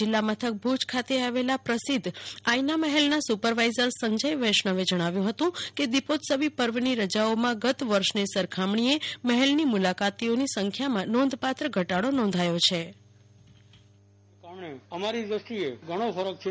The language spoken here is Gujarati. જિલ્લા મથક ભુજ ખાતે આવેલા પ્રસિદ્ધ આયના મહેલના સુ પર વાઇઝર સંજય વૈષ્ણવે જણાવ્યુંકે દીપોત્સવી પર્વની રજાઓમાં ગત વર્ષની સરખામણીએ મહેલના મુલાકાતીઓની સંખ્યામાં નોંધપાત્ર ઘટાડો નોંધાયો છે